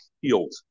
Healed